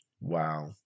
wow